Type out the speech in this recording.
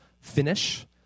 finish